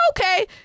Okay